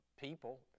people